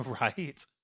Right